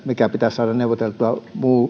mikä pitäisi saada neuvoteltua